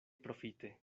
profite